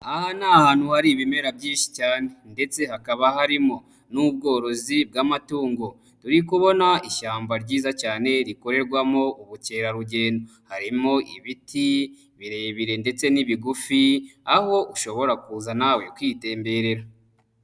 Aha ni ahantu hari ibimera byinshi cyane ndetse hakaba harimo n'ubworozi bw'amatungo, turi kubona ishyamba ryiza cyane rikorerwamo ubukerarugendo, harimo ibiti birebire ndetse n'ibigufi aho ushobora kuza nawe kwitemberera.